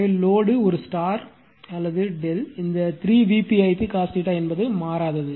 எனவே லோடு ஒரு ஸ்டார் அல்லது Δ இந்த 3 Vp I p cos என்பது மாறாதது